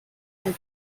and